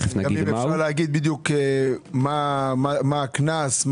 אפשר לומר בדיוק מה הקנס?